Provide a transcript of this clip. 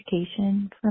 education